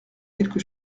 quelque